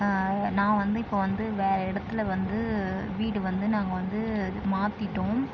நான் வந்து இப்போது வந்து வேறு இடத்துல வந்து வீடு வந்து நாங்கள் வந்து இது மாற்றிட்டோம்